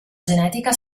genetica